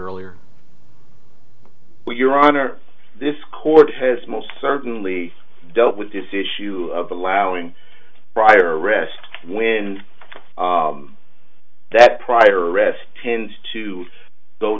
earlier when your honor this court has most certainly don't with this issue of allowing prior arrest when that prior arrest tends to go